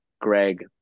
Greg